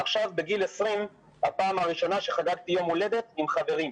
עכשיו בגיל 20 הפעם הראשונה שחגגתי יום הולדת עם חברים.